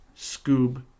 Scoob